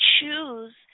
choose